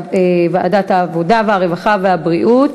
לוועדת העבודה, הרווחה והבריאות.